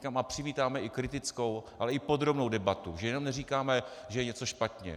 Říkám, přivítáme i kritickou, ale i podrobnou debatu, že jenom neříkáme, že je něco špatně.